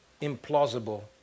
implausible